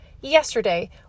yesterday